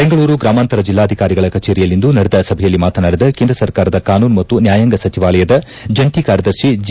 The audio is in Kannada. ಬೆಂಗಳೂರು ಗ್ರಾಮಾಂತರ ಜಿಲ್ಲಾಧಿಕಾರಿಗಳ ಕಜೇರಿಯಲ್ಲಿಂದು ನಡೆದ ಸಭೆಯಲ್ಲಿ ಮಾತನಾಡಿದ ಕೇಂದ್ರ ಸರ್ಕಾರದ ಕಾನೂನು ಮತ್ತು ನ್ಯಾಯಾಂಗ ಸಚಿವಾಲಯದ ಜಂಟಿ ಕಾರ್ಯದರ್ತಿ ಜಿ